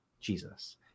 Jesus